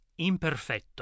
imperfetto